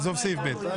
עזוב את סעיף (ב).